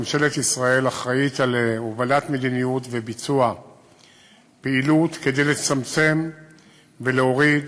ממשלת ישראל אחראית להובלת מדיניות ולביצוע פעילות כדי לצמצם ולהוריד